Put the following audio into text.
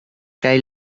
kaj